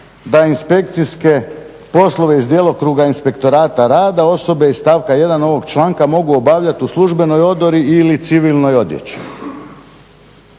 i"inspekcijske poslove iz djelokruga inspektorata rada osobe iz stavka 1.ovog članka mogu obavljati u službenoj odori ili civilnoj odjeći".